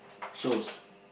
shows